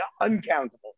uncountable